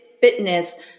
Fitness